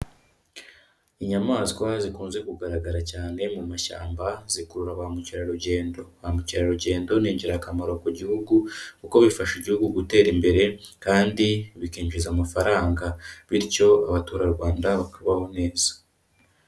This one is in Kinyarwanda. Inyamaswa zikunze kugaragara cyane mu mashyamba zikurura ba mukerarugendo. Ba mukerarugendo n'ingirakamaro ku gihugu kuko bifasha igihugu gutera imbere kandi bikinjiza amafaranga, bityo abaturarwanda bakabaho neza.